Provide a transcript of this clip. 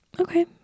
okay